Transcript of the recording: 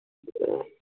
ꯑ